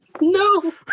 No